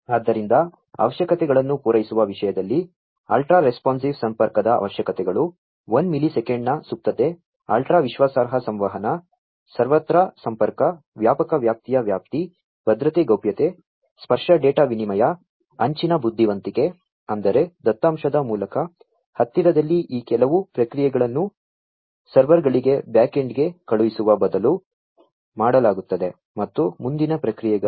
ಆದ್ದರಿಂದ ಅವಶ್ಯಕತೆಗಳನ್ನು ಪೂರೈಸುವ ವಿಷಯದಲ್ಲಿ ಅಲ್ಟ್ರಾ ರೆಸ್ಪಾನ್ಸಿವ್ ಸಂಪರ್ಕದ ಅವಶ್ಯಕತೆಗಳು 1 ಮಿಲಿಸೆಕೆಂಡ್ನ ಸುಪ್ತತೆ ಅಲ್ಟ್ರಾ ವಿಶ್ವಾಸಾರ್ಹ ಸಂವಹನ ಸರ್ವತ್ರ ಸಂಪರ್ಕ ವ್ಯಾಪಕ ವ್ಯಾಪ್ತಿಯ ವ್ಯಾಪ್ತಿ ಭದ್ರತೆ ಗೌಪ್ಯತೆ ಸ್ಪರ್ಶ ಡೇಟಾ ವಿನಿಮಯ ಅಂಚಿನ ಬುದ್ಧಿವಂತಿಕೆ ಅಂದರೆ ದತ್ತಾಂಶದ ಮೂಲಕ್ಕೆ ಹತ್ತಿರದಲ್ಲಿ ಈ ಕೆಲವು ಪ್ರಕ್ರಿಯೆಗಳನ್ನು ಸರ್ವರ್ಗಳಿಗೆ ಬ್ಯಾಕ್ ಎಂಡ್ಗೆ ಕಳುಹಿಸುವ ಬದಲು ಮಾಡಲಾಗುತ್ತದೆ ಮತ್ತು ಮುಂದಿನ ಪ್ರಕ್ರಿಯೆಗಾಗಿ